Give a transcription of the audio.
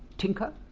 tinker,